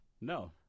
No